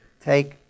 take